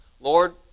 Lord